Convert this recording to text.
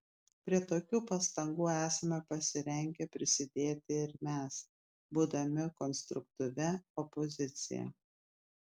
prie tokių pastangų esame pasirengę prisidėti ir mes būdami konstruktyvia opozicija